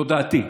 זאת דעתי,